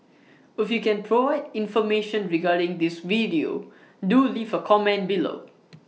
if you can provide information regarding this video do leave A comment below